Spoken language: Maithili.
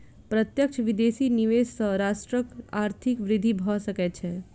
प्रत्यक्ष विदेशी निवेश सॅ राष्ट्रक आर्थिक वृद्धि भ सकै छै